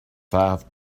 five